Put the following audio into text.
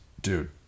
dude